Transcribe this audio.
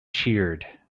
cheered